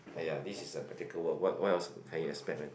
!aiya! this is a practical world what what else can you expect man